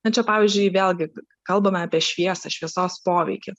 na čia pavyzdžiui vėlgi kalbame apie šviesą šviesos poveikį